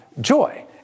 joy